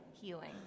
healing